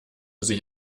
sich